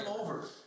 over